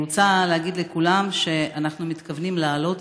אני רוצה להגיד לכולם שאנחנו מתכוונים להעלות